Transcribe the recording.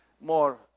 more